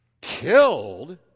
Killed